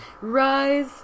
Rise